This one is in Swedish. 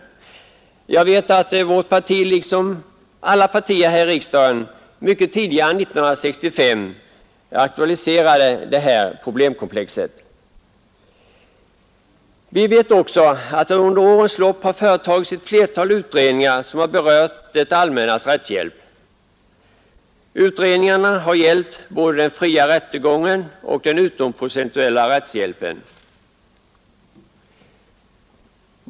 Jag vet dock att vårt parti liksom alla partier här i riksdagen aktualiserade detta problemkomplex mycket tidigare än 1965. Vi vet också att det under årens lopp har företagits flera utredningar, som har berört det allmännas rättshjälp. Utredningarna har gällt både den fria rättegången och den utomprocessuella rättshjälpen.